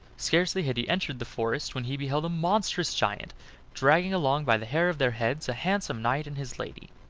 scarcely had he entered the forest when he beheld a monstrous giant dragging along by the hair of their heads a handsome knight and his lady.